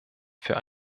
für